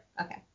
Okay